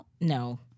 No